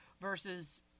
versus